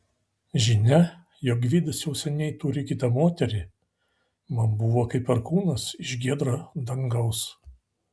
žinia jog gvidas jau seniai turi kitą moterį man buvo kaip perkūnas iš giedro dangaus